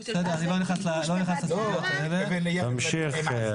איזה כיבוש, של ואדי ערה?